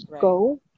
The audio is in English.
Go